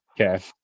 okay